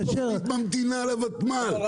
יש תכנית מהמדינה לותמ"ל תוך חצי שנה.